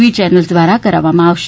વી channels દ્વારા કરાવવામાં આવશે